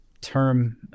term